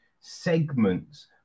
segments